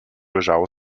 leżało